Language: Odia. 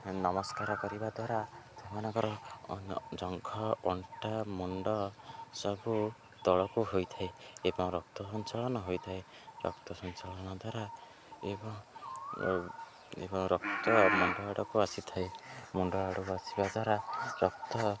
ନମସ୍କାର କରିବା ଦ୍ୱାରା ସେମାନଙ୍କର ଜଙ୍ଘ ଅଣ୍ଟା ମୁଣ୍ଡ ସବୁ ତଳକୁ ହୋଇଥାଏ ଏବଂ ରକ୍ତ ସଞ୍ଚାଳନ ହୋଇଥାଏ ରକ୍ତ ସଞ୍ଚାଳନ ଦ୍ୱାରା ଏବଂ ଆଉ ରକ୍ତ ମୁଣ୍ଡ ଆଡ଼କୁ ଆସିଥାଏ ମୁଣ୍ଡ ଆଡ଼କୁ ଆସିବା ଦ୍ୱାରା ରକ୍ତ